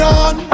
on